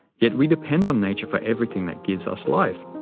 yet we depend on nature for everything that gives us life.